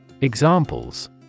Examples